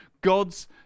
God's